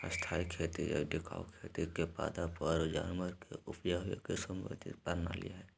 स्थायी खेती या टिकाऊ खेती पादप आरो जानवर के उपजावे के समन्वित प्रणाली हय